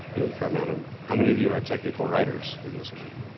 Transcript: ooh, a fair amount. um how many of you are technical writers. in this room?